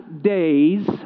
days